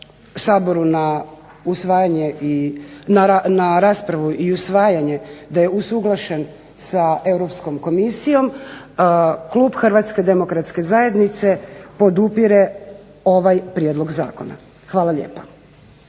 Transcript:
na raspravu i usvajanje da je usuglašen sa Europskom komisijom, klub HDZ-a podupire ovaj prijedlog zakona. Hvala lijepo.